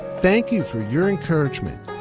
thank you for your encouragement.